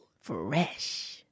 Fresh